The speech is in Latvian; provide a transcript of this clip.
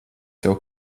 tev